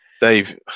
Dave